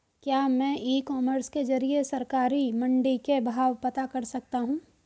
क्या मैं e commerce के ज़रिए सरकारी मंडी के भाव पता कर सकता हूँ?